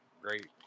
great